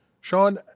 Sean